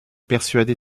persuadé